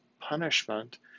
punishment